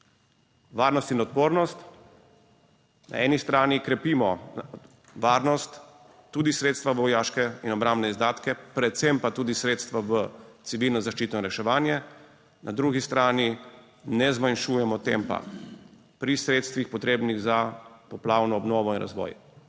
Varnost in odpornost. Na eni strani krepimo varnost, tudi sredstva v vojaške in obrambne izdatke, predvsem pa tudi sredstva v civilno zaščito in reševanje. Na drugi strani ne zmanjšujemo tempa pri sredstvih potrebnih za poplavno obnovo in razvoj.